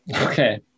Okay